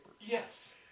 Yes